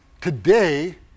Today